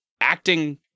acting